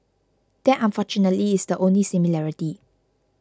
that unfortunately is the only similarity